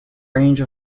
range